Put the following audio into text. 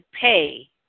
pay